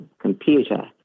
computer